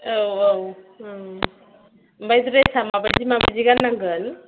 औ औ ओमफ्राय ड्रेसा माबायदि माबायदि गाननांगोन